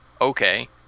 okay